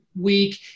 week